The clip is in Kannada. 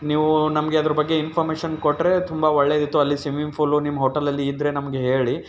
ನೀವು ನಮಗೆ ಅದ್ರ ಬಗ್ಗೆ ಇನ್ಫೊಮೇಷನ್ ಕೊಟ್ಟರೆ ತುಂಬ ಒಳ್ಳೇದಿತ್ತು ಅಲ್ಲಿ ಸ್ವಿಮಿಂಗ್ ಫೂಲು ನಿಮ್ಮ ಹೋಟಲಲ್ಲಿ ಇದ್ದರೆ ನಮಗೆ ಹೇಳಿ